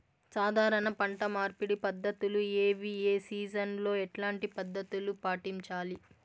సాధారణ పంట మార్పిడి పద్ధతులు ఏవి? ఏ సీజన్ లో ఎట్లాంటి పద్ధతులు పాటించాలి?